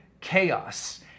Chaos